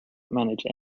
manage